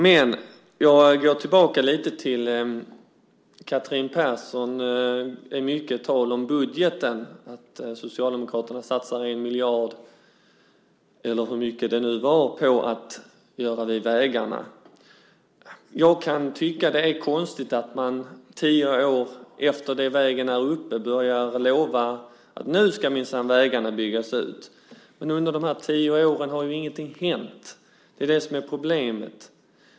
Jag vill gå tillbaka till Catherine Perssons myckna tal om budgeten, att Socialdemokraterna satsade 1 miljard, eller hur mycket det nu var, för att göra om vägarna. Jag kan tycka att det är konstigt att man tio år efter det att vägen är uppe till diskussion börjar lova att nu ska minsann vägarna byggas ut. Under de här tio åren har ingenting hänt, och det är det som är problemet.